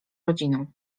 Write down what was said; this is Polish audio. rodziną